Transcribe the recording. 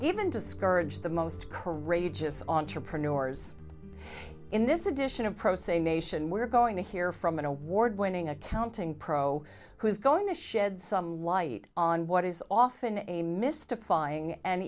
even discourage the most courageous on chopra new ors in this edition of pro se nation we're going to hear from an award winning accounting pro who's going to shed some light on what is often a mystifying and